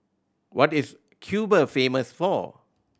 what is Cuba famous for